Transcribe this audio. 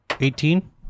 Eighteen